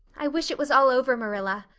i wish it was all over, marilla.